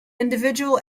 individual